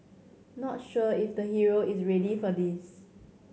not sure if the hero is ready for this